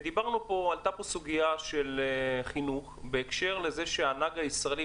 ועלתה פה סוגיה של חינוך בהקשר לנהג הישראלי,